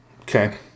Okay